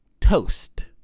toast